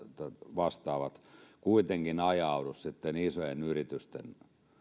vastaavat kuitenkin ajaudu sitten isojen yritysten